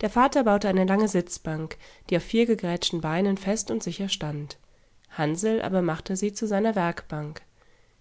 der vater baute eine lange sitzbank die auf vier gegrätschten beinen fest und sicher stand hansl aber machte sie zu seiner werkbank